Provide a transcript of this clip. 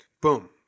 Boom